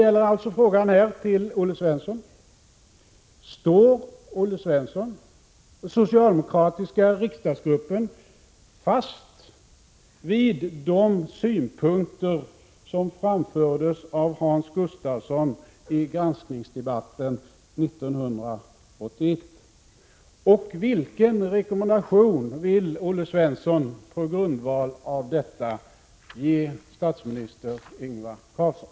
Min fråga till Olle Svensson är alltså: Står Olle Svensson och den socialdemokratiska riksdagsgruppen fast vid de synpunkter som framfördes av Hans Gustafsson i granskningsdebatten 1981? Vilken rekommendation vill Olle Svensson på grundval av detta ge statsminister Ingvar Carlsson?